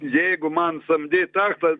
jeigu man samdyt taksą